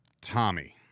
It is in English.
Tommy